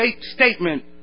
statement